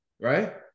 right